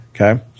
Okay